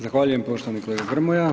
Zahvaljujem poštovani kolega Grmoja.